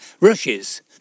rushes